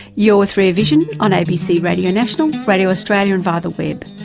you're with rear vision on abc radio national, radio australia and via the web.